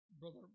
brother